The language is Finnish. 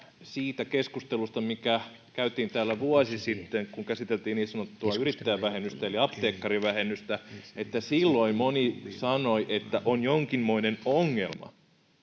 siitä keskustelusta mikä käytiin täällä vuosi sitten kun käsiteltiin niin sanottua yrittäjävähennystä eli apteekkarivähennystä että silloin moni sanoi että on jonkinmoinen ongelma